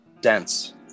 dense